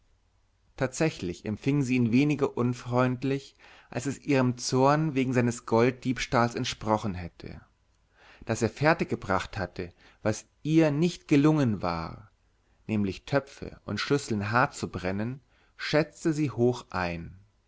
tatsächlich empfing sie ihn weniger unfreundlich als es ihrem zorn wegen seines golddiebstahls entsprochen hätte daß er fertiggebracht hatte was ihr nicht gelungen war nämlich töpfe und schüsseln hartzubrennen schätzte sie hoch ein